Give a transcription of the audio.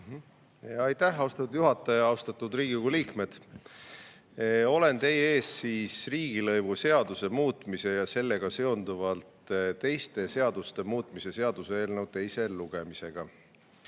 Aitäh, austatud juhataja! Austatud Riigikogu liikmed! Olen teie ees riigilõivuseaduse muutmise ja sellega seonduvalt teiste seaduste muutmise seaduse eelnõu teise lugemisega. Mõni